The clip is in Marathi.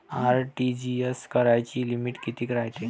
आर.टी.जी.एस कराची लिमिट कितीक रायते?